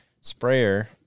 sprayer